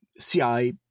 CI